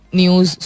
news